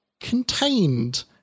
contained